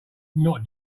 not